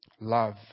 Love